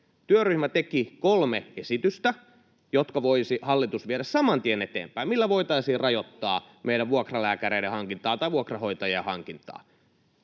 Työryhmä teki kolme esitystä, jotka hallitus voisi viedä saman tien eteenpäin, [Krista Kiuru: Ei ole yhtään vienyt!] millä voitaisiin rajoittaa meidän vuokralääkäreiden hankintaa tai vuokrahoitajien hankintaa.